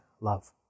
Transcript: love